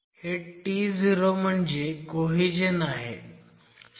हे To म्हणजे cohesion आहे